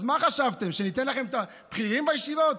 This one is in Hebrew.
אז מה חשבתם, שניתן לכם את הבכירים בישיבות?